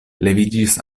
leviĝis